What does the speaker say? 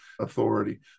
authority